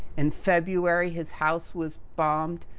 and february, his house was bombed,